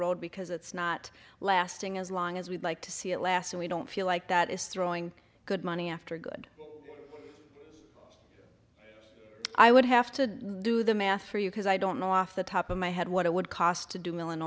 road because it's not lasting as long as we'd like to see it last and we don't feel like that is throwing good money after good i would have to do the math for you because i don't know off the top of my head what it would cost to do mill